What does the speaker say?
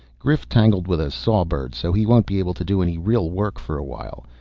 grif tangled with a sawbird, so he won't be able to do any real work for a while.